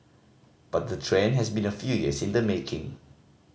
but the trend has been a few years in the making